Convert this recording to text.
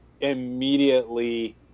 immediately